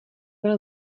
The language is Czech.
byl